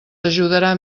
ajudarà